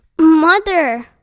Mother